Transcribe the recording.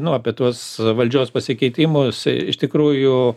nu apie tuos valdžios pasikeitimus iš tikrųjų